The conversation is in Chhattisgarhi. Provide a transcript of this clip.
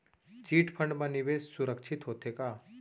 चिट फंड मा निवेश सुरक्षित होथे का?